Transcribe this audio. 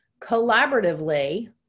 collaboratively